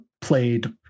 played